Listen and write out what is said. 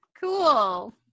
Cool